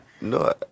No